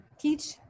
teach